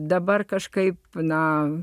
dabar kažkaip na